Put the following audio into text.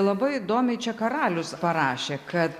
labai įdomiai čia karalius parašė kad